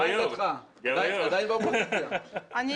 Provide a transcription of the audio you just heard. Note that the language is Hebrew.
בדיוק.